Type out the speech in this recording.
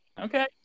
Okay